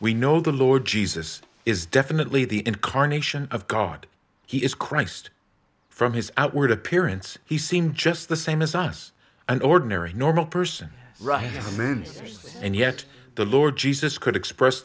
we know the lord jesus is definitely the incarnation of god he is christ from his outward appearance he seemed just the same as us an ordinary normal person rihanna means and yet the lord jesus could express